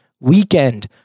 weekend